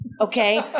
Okay